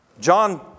John